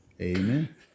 amen